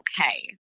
okay